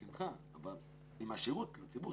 בשמחה, אבל שייתן שירות לציבור.